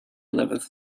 eleventh